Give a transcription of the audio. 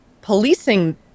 policing